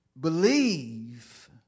believe